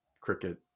cricket